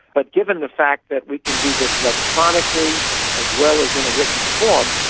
but given the fact that we can do this electronically as well as in a written form,